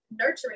nurturing